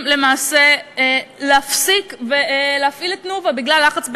למעשה להפסיק להפעיל את "תנובה" בגלל לחץ בין-לאומי.